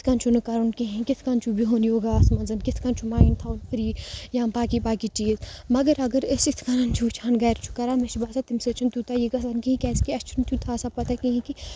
کِتھ کٔنۍ چھُ نہٕ کَرُن کِہیٖنۍ کِتھ کٔنۍ چھُ بِہُن یوگاہَس منٛز کِتھ کٔنۍ چھُ مایِنٛڈ تھَوُن فِرٛی یا باقٕے باقٕے چیٖز مگر اگر أسۍ تِتھ کَنۍ چھِ وٕچھان گَرِ چھُ کَران مےٚ چھِ باسان تَمہِ سۭتۍ چھُنہٕ تیوٗتاہ یہِ گژھان کِہیٖںۍ کیٛازِکہِ اَسہِ چھُنہٕ تیُتھ آسان پَتہ کِہیٖنۍ کہِ